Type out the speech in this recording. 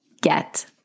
get